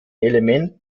element